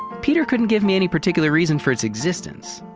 peter couldn't give me any particular reason for its existence.